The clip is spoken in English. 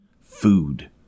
Food